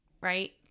Right